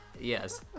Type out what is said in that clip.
Yes